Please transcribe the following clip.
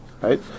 right